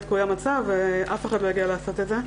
קוים הצו ואף אחד לא הגיע לעשות את זה.